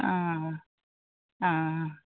অঁ অঁ